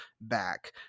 back